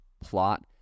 plot